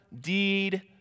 deed